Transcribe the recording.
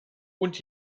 und